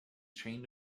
trained